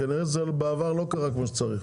כנראה זה בעבר לא קרה כמו שצריך.